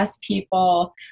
people